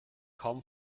kaum